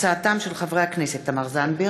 התשע"ז 2017, מאת חברי הכנסת איציק שמולי,